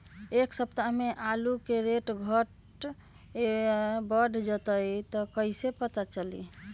एक सप्ताह मे आलू के रेट घट ये बढ़ जतई त कईसे पता चली?